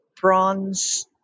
bronze